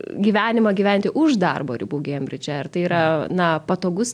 gyvenimą gyventi už darbo ribų kembridže ar tai yra na patogus